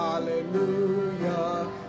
Hallelujah